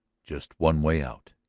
just one way out.